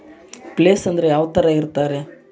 Place ಅಂದ್ರೆ ಯಾವ್ತರ ಇರ್ತಾರೆ?